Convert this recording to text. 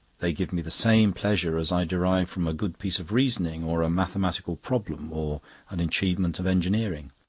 they give me the same pleasure as i derive from a good piece of reasoning or a mathematical problem or an achievement of engineering.